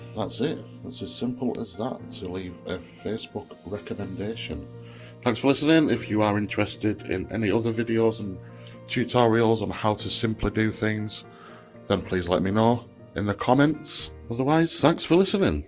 that's it it's as simple as that and to leave a facebook recommendation thanks for listening if you are interested in any other videos and tutorials on how to simply do things then please let me know in the comments otherwise thanks for listening